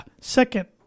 second